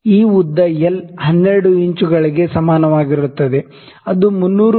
ಈ ಉದ್ದ l 12 ಇಂಚುಗಳಿಗೆ ಸಮಾನವಾಗಿರುತ್ತದೆ ಅದು 300 ಮಿ